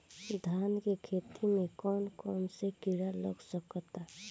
धान के खेती में कौन कौन से किड़ा लग सकता?